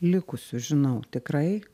likusių žinau tikrai